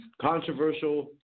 controversial